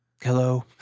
hello